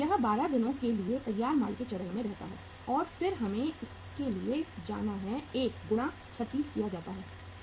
यह 12 दिनों के लिए तैयार माल के चरण में रहता है और फिर हमें इसके लिए जाना है 1 गुणा 36 किया जाता है